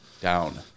down